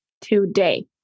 today